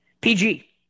PG